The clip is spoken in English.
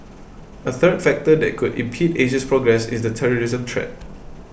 a third factor that could impede Asia's progress is the terrorism threat